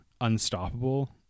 unstoppable